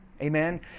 Amen